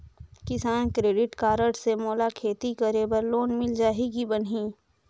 किसान credit card से मोला खेती करे बर लोन मिल जाहि की बनही??